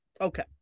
okay